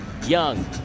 Young